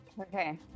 okay